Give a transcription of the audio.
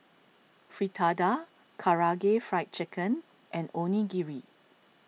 Fritada Karaage Fried Chicken and Onigiri